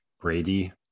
Brady